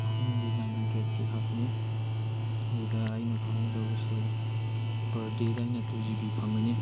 ꯑꯍꯨꯝꯒꯤ ꯅꯥꯏꯟ ꯍꯦꯟꯗ꯭ꯔꯦꯗꯀꯤ ꯍꯥꯞꯄꯅꯦ ꯑꯗꯨꯗ ꯑꯩꯅ ꯐꯪꯒꯗꯧꯕꯁꯤ ꯄꯔ ꯗꯦꯗ ꯑꯩꯅ ꯇꯨ ꯖꯤ ꯕꯤ ꯐꯪꯒꯅꯤ